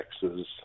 taxes